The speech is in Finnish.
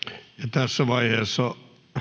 tässä vaiheessa